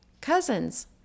cousins